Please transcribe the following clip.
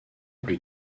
plus